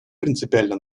принципиально